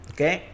Okay